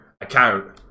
account